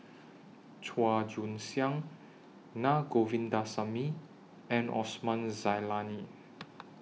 Chua Joon Siang Na Govindasamy and Osman Zailani